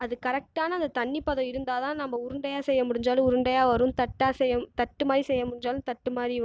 அது கரெக்ட்டான அந்த தண்ணிப்பதம் இருந்தால் தான் நம்ம உருண்டையாக செய்ய முடிஞ்சாலும் உருண்டையாக வரும் தட்டா செய்யும் தட்டு மாதிரி செய்ய முடிஞ்சாலும் தட்டு மாதிரி வரும்